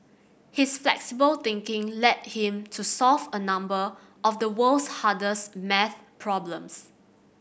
his flexible thinking led him to solve a number of the world's hardest maths problems